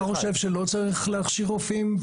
אתה חושב שלא צריך להכשיר רופאים,